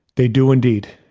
they do indeed,